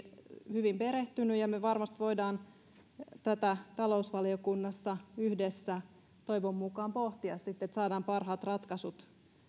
hyvin perehtynyt ja me varmasti voimme tätä talousvaliokunnassa yhdessä toivon mukaan pohtia sitten niin että saadaan parhaat ratkaisut